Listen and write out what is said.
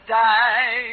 die